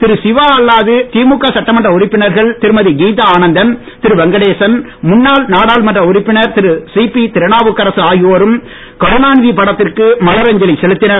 திரு சிவா அல்லாது திமுக சட்டமன்ற உறுப்பினர்கள் திருமதி கீதா ஆனந்தன் திரு வெங்கடேசன் முன்னாள் நாடாளுமன்ற உறுப்பினர் திரு சிபி திருநாவுக்கரசு ஆகியோரும் கருணாநிதி படத்திற்கு மலர் அஞ்சலி செலுத்தினர்